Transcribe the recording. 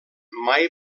mai